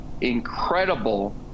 incredible